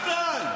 מה די?